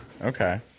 Okay